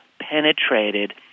penetrated